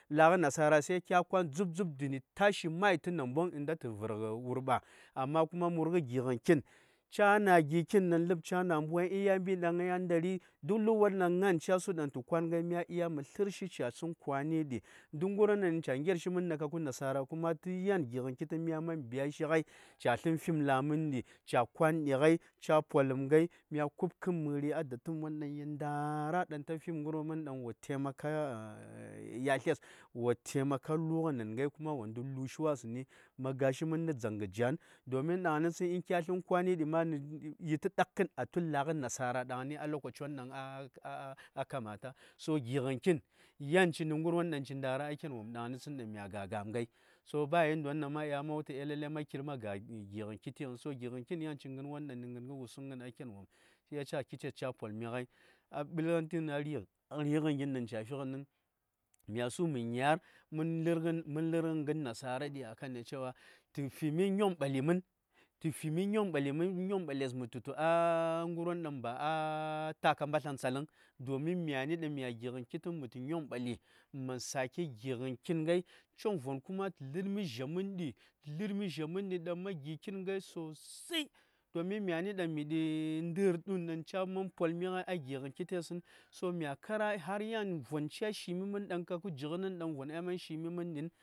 La:gh nasara se kya kwa:n mbutkn ta:shi ma:y tə nambong nda tə vhrgh wurɓa, kh murgh gi:ghn kitn ca: nah gi: kitn dan lhb ca: nah mbu:ai, ya mɓi di dan a ndàri dhi, kap lhb won dan nga:n ca: kwanghai, mha vhrtə tə stln kwa:nidi; kap ngirwon dan ca: ngertə da kapkh nasara kuma mh mhan vhrshighai ca: sltn fyim la: mhn di, ca: kwa:ndighai, ca: polhmghai, mya ku:pkhn mhrighai a gypkh gim ndara tə ngirwon dan wo ommighai da yalstes, wo sopm lu:ghnenghai, mh ga tə mhn nh dzangh jan, don dangni kya sthn kwani di ma yi tə ɗakhn a tu la:gh nasa dangni, a dhl won dang kya su. To gi:ghn kitn nh ngirwon dah ci nda:ra a ken wopn dan mya ga gi:n kitn yan ci nə ngərwon dang ci a ken wom shi yasa kites cha polmi ngai a ringən gin dang mi ngai myasu mə nyar mən ga:ragən ngən nasaradi akan da cewa tə tufə a ngərwon dang a taka mɓatlang tsaləng domin myani dang mya gingən kitən mətu nyong ɓali mə sake gingən kin ngai chongvon kuma tə lə:mi von mən di dang ma gi kin ngai sosai domin myam dang m te nədir dwun dang ca man polmi a gingən kitən, so mya kara har von ya shimi mən dang kabkə jinəngən dang a shimi mənən.